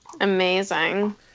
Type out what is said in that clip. Amazing